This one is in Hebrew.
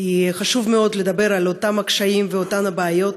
כי חשוב מאוד לדבר על אותם קשיים ואותן בעיות